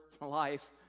life